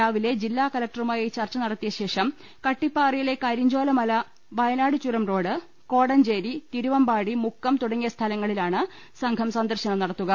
രാവിലെ ജില്ലാ കലക്ടറുമായി ചർച്ച നടത്തിയ ശേഷം കട്ടിപ്പാറയിലെ കരിഞ്ചോല മല വയനാട് ചുരം റോഡ് കോടഞ്ചേരി തിരുവമ്പാടി മുക്കം തുടങ്ങിയ സ്ഥലങ്ങളിലാണ് സംഘം സന്ദർശനം നടത്തുക